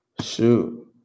shoot